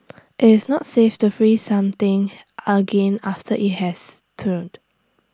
it's not safe to freeze something again after IT has thawed